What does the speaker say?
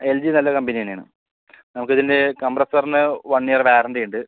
L G നല്ല company തന്നെയാണ് നമക്കിതിൻ്റെ കംബ്രസറിന് വൺ ഇയർ വാറൻറ്റിയുണ്ട്